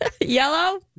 Yellow